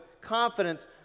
confidence